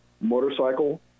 motorcycle